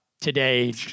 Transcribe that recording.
today